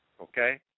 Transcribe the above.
Okay